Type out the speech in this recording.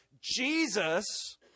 Jesus